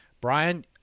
Brian